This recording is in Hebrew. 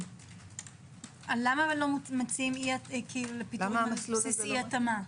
למה לא מציעים פיטורים על בסיס אי-התאמה?